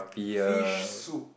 fish soup